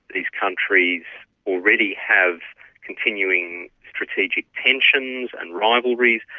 these countries already have continuing strategic tensions and rivalries,